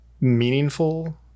meaningful